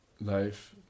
life